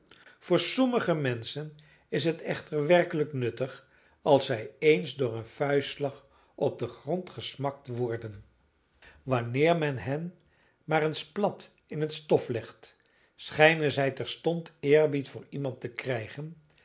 voor sommige menschen is het echter werkelijk nuttig als zij eens door een vuistslag op den grond gesmakt worden wanneer men hen maar eens plat in het stof legt schijnen zij terstond eerbied voor iemand te krijgen